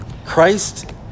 Christ